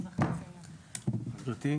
גברתי,